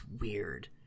weird